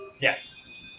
Yes